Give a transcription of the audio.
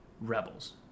Rebels